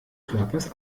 körpers